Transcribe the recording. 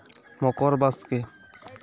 ᱢᱚᱠᱚᱨ ᱵᱟᱥᱠᱮ